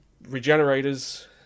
Regenerators